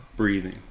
breathing